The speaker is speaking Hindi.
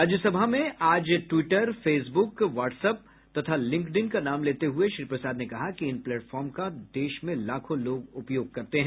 राज्यसभा में आज टवीटर फेसब्रक व्हाट्सएप तथा लिंक्डइन का नाम लेते हुए श्री प्रसाद ने कहा कि इन प्लेटफार्म का देश में लाखों लोग उपयोग करते हैं